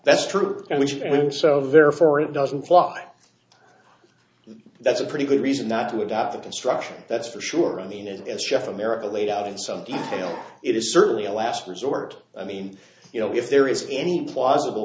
that's true and which so of there for it doesn't fly that's a pretty good reason not to adopt a construction that's for sure in the s f america laid out in some detail it is certainly a last resort i mean you know if there is any plausible